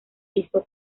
hizo